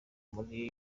muri